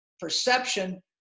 perception